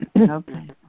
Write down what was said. Okay